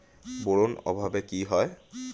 Boron অভাবে কি হয়?